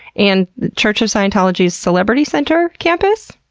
and the church of scientology's celebrity center campus?